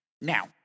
Now